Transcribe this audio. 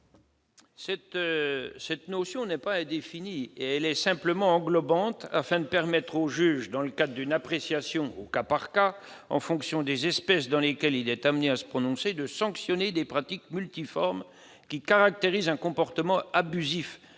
Cette notion n'est pas indéfinie. Elle est simplement « englobante » afin de permettre au juge, dans le cadre d'une appréciation au cas par cas, en fonction des espèces dans lesquelles il est amené à se prononcer, de sanctionner des pratiques multiformes qui caractérisent un comportement abusif